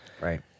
Right